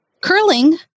curling